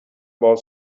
باز